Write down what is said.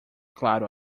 claro